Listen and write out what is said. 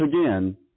again